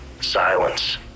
SILENCE